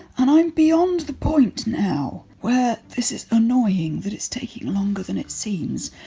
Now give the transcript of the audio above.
and i'm beyond the point now where this is annoying that it's taking longer than it seems.